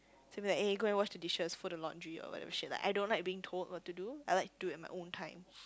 same like eh you go and wash the dishes fold the laundry or whatever shit like I don't like being told what to do I like to do at my own time